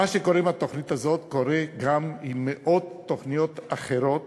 מה שקורה לתוכנית הזאת קורה גם למאות תוכניות אחרות